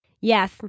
Yes